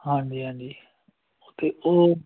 ਹਾਂਜੀ ਹਾਂਜੀ ਅਤੇ ਉਹ